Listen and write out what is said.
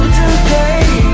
today